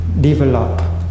develop